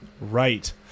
right